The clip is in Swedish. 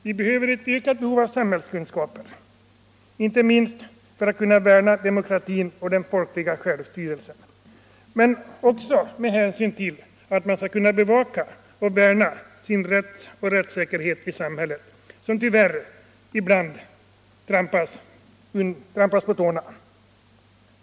Vi harett ökat behov av samhällskunskaper, inte minst för att kunna värna demokratin och den folkliga självstyrelsen men också för att man skall kunna bevaka och försvara sin rätt och rättssäkerhet i samhället, som tyvärr ibland trampas på tårna.